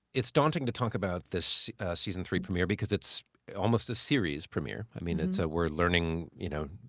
it's daunting to talk about this season three premiere because it's almost a series premiere. i mean, it's a we're learning, you know,